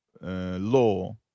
Law